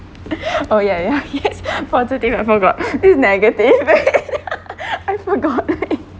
oh ya ya yes positive I forgot this is negative I forgot